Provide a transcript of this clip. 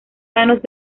manos